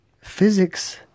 physics